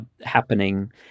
happening